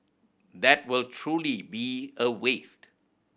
that will truly be a waste